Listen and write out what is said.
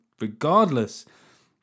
regardless